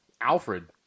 Alfred